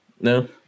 no